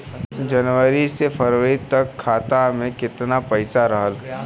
जनवरी से फरवरी तक खाता में कितना पईसा रहल?